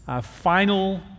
final